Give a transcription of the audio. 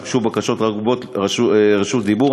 אך הוגשו בקשות רשות דיבור.